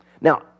Now